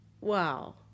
wow